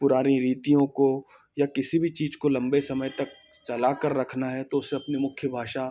पुरानी रितियों को या किसी भी चीज को लंबे समय तक चला कर रखना है तो उसे अपनी मुख्य भाषा